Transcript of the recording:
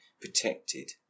protected